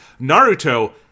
Naruto